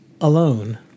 alone